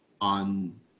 on